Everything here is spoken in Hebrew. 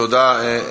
תודה.